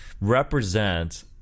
represent